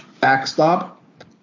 backstop